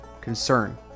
concern